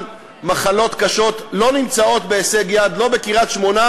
מחלקות קשות לא נמצאים בהישג יד לא בקריית-שמונה,